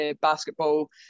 basketball